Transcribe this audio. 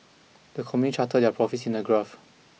the company charted their profits in a graph